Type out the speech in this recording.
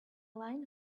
line